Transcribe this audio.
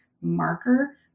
marker